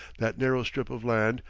that narrow strip of land,